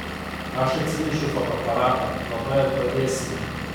aš atsinešiu fotoaparatą nuo to ir pradėsime